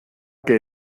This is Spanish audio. que